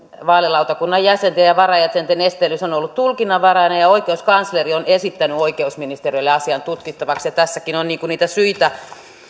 vaalilautakunnan jäsenten ja varajäsenten esteellisyys on ollut tulkinnanvarainen ja oikeuskansleri on esittänyt oikeusministeriölle asian tutkittavaksi tässäkin on niitä syitä